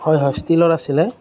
হয় হয় ষ্টিলৰ আছিলে